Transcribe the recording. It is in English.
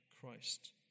Christ